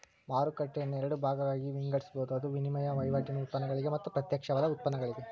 ಮಾರುಕಟ್ಟೆಯನ್ನ ಎರಡ ಭಾಗಾಗಿ ವಿಂಗಡಿಸ್ಬೊದ್, ಅದು ವಿನಿಮಯ ವಹಿವಾಟಿನ್ ಉತ್ಪನ್ನಗಳಿಗೆ ಮತ್ತ ಪ್ರತ್ಯಕ್ಷವಾದ ಉತ್ಪನ್ನಗಳಿಗೆ